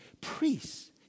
Priests